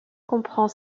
comprend